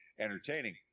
entertaining